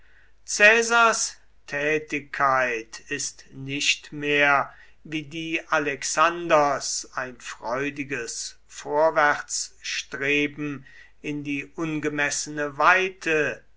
caesars tätigkeit ist nicht mehr wie die alexanders ein freudiges vorwärtsstreben in die ungemessene weite